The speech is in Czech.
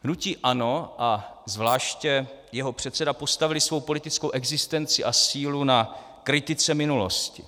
Hnutí ANO a zvláště jeho předseda postavili svou politickou existenci a sílu na kritice minulosti.